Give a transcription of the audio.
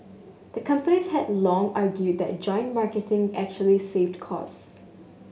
the companies had long argued that joint marketing actually saved costs